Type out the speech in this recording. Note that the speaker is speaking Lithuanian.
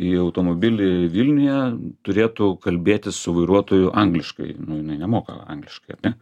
į automobilį vilniuje turėtų kalbėtis su vairuotoju angliškai jinai nemoka angliškai ane